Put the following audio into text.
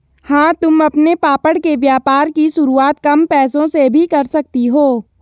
हाँ तुम अपने पापड़ के व्यापार की शुरुआत कम पैसों से भी कर सकती हो